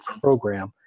program